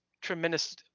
tremendous